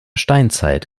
steinzeit